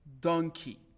donkey